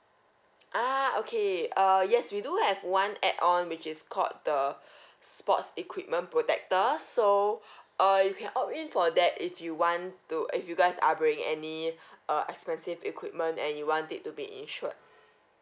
ah okay err yes we do have one add on which is called the sports equipment protector so err you can opt in for that if you want to if you guys are bring any uh expensive equipment and you want it to be insured